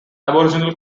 aboriginal